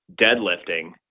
deadlifting